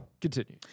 continue